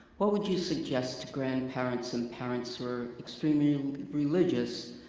what would you suggest grandparents and parents who are extremely um religious